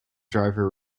driver